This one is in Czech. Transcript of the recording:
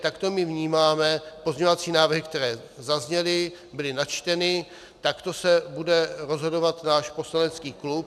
Takto my vnímáme pozměňovací návrhy, které zazněly, byly načteny, takto se bude rozhodovat náš poslanecký klub.